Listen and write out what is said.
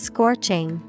Scorching